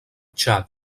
txad